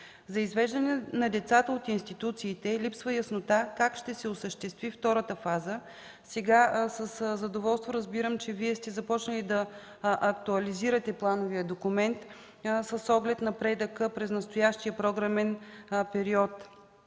За извеждане на децата от институциите липсва яснота как ще се осъществи втората фаза. Сега със задоволство разбирам, че Вие сте започнали да актуализирате плановия документ, с оглед напредъка през настоящия програмен период.